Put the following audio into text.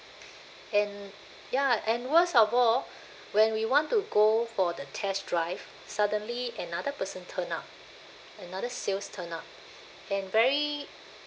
and ya and worst of all when we want to go for the test drive suddenly another person turn up another sales turn up and very